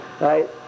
Right